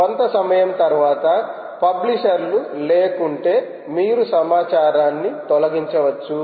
కొంత సమయం తరువాత పబ్లిషర్లు లేకుంటే మీరు సమాచారాన్ని తొలగించవచ్చు